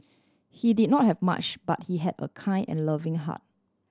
he did not have much but he had a kind and loving heart